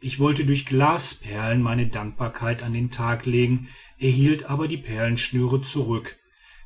ich wollte durch glasperlen meine dankbarkeit an den tag legen erhielt aber die perlenschnüre zurück